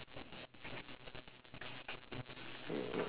!huh! finish dah habis